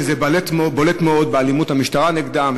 וזה בולט מאוד באלימות המשטרה נגדם,